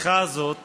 בשיחה הזאת